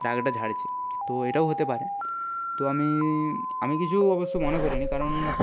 রাগটা ঝাড়ছে তো এটাও হতে পারে তো আমি আমি কিছু অবশ্য মনে করি নি কারণ